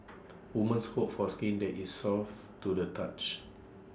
women hope for skin that is soft to the touch